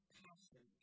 passion